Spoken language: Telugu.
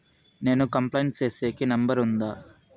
నేను కంప్లైంట్ సేసేకి నెంబర్ ఉందా?